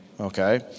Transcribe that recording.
Okay